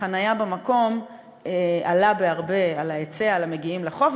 לחניה במקום עלה בהרבה על ההיצע למגיעים לחוף.